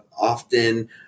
often